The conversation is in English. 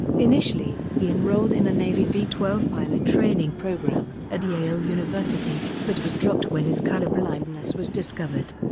initially, he enrolled in the navy v twelve pilot training program at yale university, but was dropped when his colorblindness was discovered.